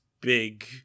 big